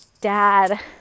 dad